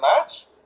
match